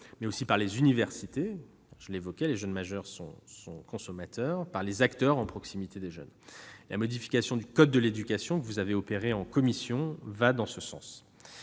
l'école, par les universités- je l'ai dit, les jeunes majeurs sont des consommateurs -, par les acteurs proches des jeunes. La modification du code de l'éducation que vous avez effectuée en commission va dans ce sens.